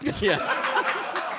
Yes